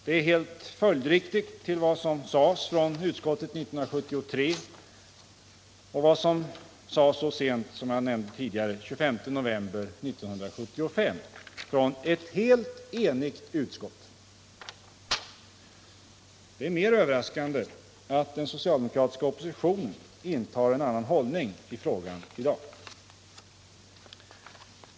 Det är helt följdriktigt i förhållande till vad som sades från utskottet 1973 och vad som sades från ett helt enigt utskott så sent som den 25 november 1975. Det är mer överraskande att den socialdemokratiska oppositionen intar en annan hållning i frågan i dag.